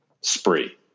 spree